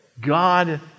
God